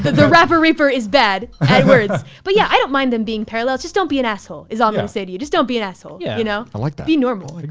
the the rapper reaper is bad at words. but yeah, i don't mind them being parallel just don't be an asshole is all i'm gonna say to you. just don't be an asshole, yeah you know. i like that. be normal.